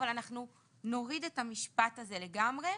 אבל אנחנו נוריד את המשפט הזה לגמרי,